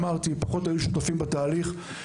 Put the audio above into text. אמרתי, הם פחות היו שותפים בתהליך.